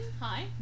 hi